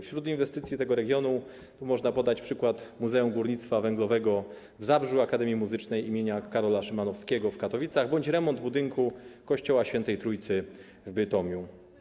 Wśród inwestycji tego regionu można podać przykład Muzeum Górnictwa Węglowego w Zabrzu, Akademii Muzycznej im. Karola Szymanowskiego w Katowicach bądź remont budynku kościoła Świętej Trójcy w Bytomiu.